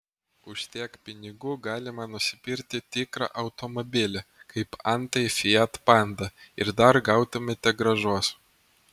už tiek pinigų galima nusipirkti tikrą automobilį kaip antai fiat panda ir dar gautumėte grąžos